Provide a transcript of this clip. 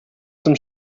zum